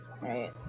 right